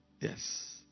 Yes